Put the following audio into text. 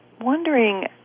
wondering